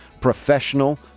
professional